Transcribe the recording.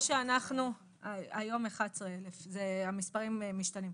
היום 11,000. המספרים משתנים.